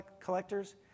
collectors